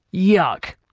yuk!